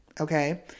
Okay